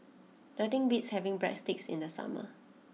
nothing beats having Breadsticks in the summer